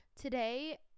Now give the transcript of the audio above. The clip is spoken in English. Today